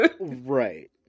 Right